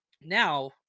Now